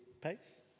pace